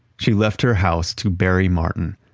she left her house to barry martin,